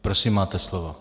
Prosím, máte slovo.